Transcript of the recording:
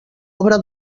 obra